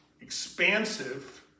expansive